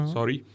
Sorry